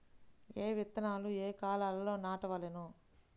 ఏ విత్తనాలు ఏ కాలాలలో నాటవలెను?